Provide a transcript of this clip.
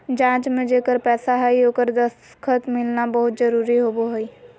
जाँच में जेकर पैसा हइ ओकर दस्खत मिलना बहुत जरूरी होबो हइ